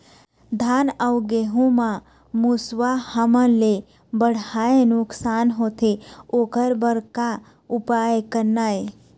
धान अउ गेहूं म मुसवा हमन ले बड़हाए नुकसान होथे ओकर बर का उपाय करना ये?